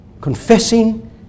Confessing